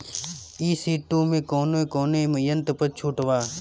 ई.सी टू मै कौने कौने यंत्र पर छुट बा?